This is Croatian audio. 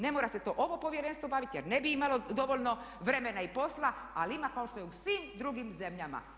Ne mora se to ovo Povjerenstvo baviti jer ne bi imalo dovoljno vremena i posla ali ima kao što je u svim drugim zemljama.